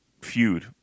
feud